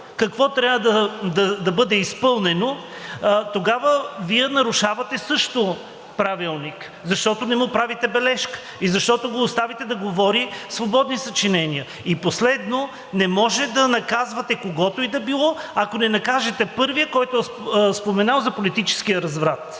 какво трябва да бъде изпълнено, тогава Вие нарушавате също Правилника, защото не му правите бележка и защото го оставяте да говори свободни съчинения. И последно, не може да наказвате когото и да било, ако не накажете първия, който е споменал за политическия разврат.